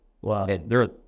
Wow